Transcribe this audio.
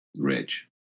rich